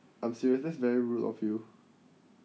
I'm serious that's very rude of you